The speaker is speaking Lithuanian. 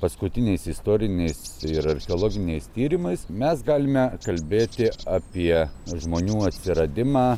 paskutiniais istoriniais ir archeologiniais tyrimais mes galime kalbėti apie žmonių atsiradimą